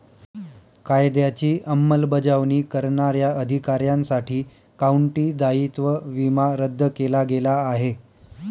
कायद्याची अंमलबजावणी करणाऱ्या अधिकाऱ्यांसाठी काउंटी दायित्व विमा रद्द केला गेला आहे